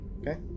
Okay